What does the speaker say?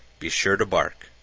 be sure to bark!